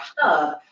hub